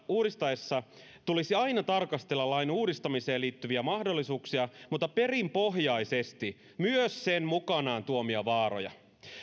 uudistaessa tulisi aina tarkastella lain uudistamiseen liittyviä mahdollisuuksia mutta perinpohjaisesti myös sen mukanaan tuomia vaaroja